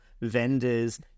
vendors